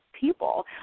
people